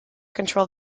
control